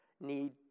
need